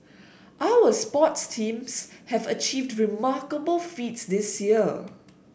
our sports teams have achieved remarkable feats this year